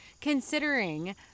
considering